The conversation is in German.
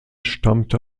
stammte